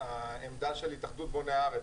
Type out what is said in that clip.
העמדה של התאחדות בוני ארץ,